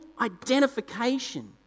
identification